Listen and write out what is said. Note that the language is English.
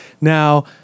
Now